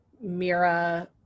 Mira